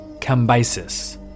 Cambyses